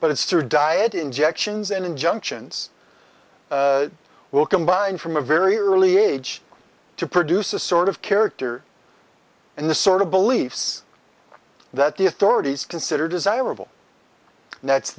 but it's true diet injections and injunctions will combine from a very early age to produce a sort of character in the sort of beliefs that the authorities consider desirable and that's